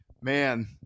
man